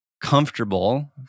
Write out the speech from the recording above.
comfortable